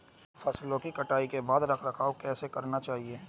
फसलों की कटाई के बाद रख रखाव कैसे करना चाहिये?